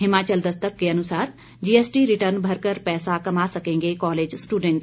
हिमाचल दस्तक के अनुसार GST return भरकर पैसा कमा सकेंगे कॉलेज स्टूडेंट